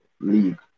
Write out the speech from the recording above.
League